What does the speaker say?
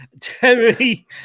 Terry